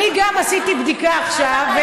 אני עשיתי בדיקה עכשיו,